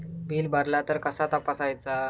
Bill भरला तर कसा तपसायचा?